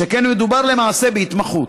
שכן מדובר למעשה בהתמחות,